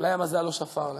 אולי המזל לא שפר עליהם.